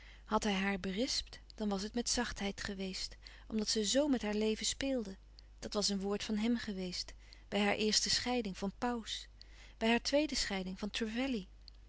had hij haar berispt dan was het met zachtheid geweest omdat ze zoo met haar leven speelde dat was een woord van hem geweest bij hare eerste scheiding van pauws bij hare tweede scheiding van